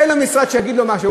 אין לו משרד שיגיד לו משהו?